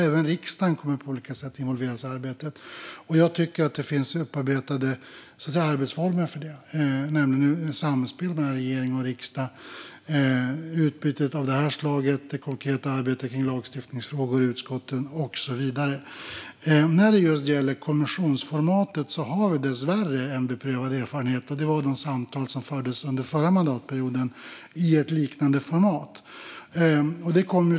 Även riksdagen kommer på olika sätt att involveras i arbetet, och jag tycker att det finns upparbetade arbetsformer för det, nämligen samspel mellan regering och riksdag, utbyten av det här slaget, det konkreta arbetet med lagstiftningsfrågor i utskotten och så vidare. När det gäller just kommissionsformatet har vi dessvärre en beprövad erfarenhet, och det är de samtal som fördes under förra mandatperioden i ett liknande format.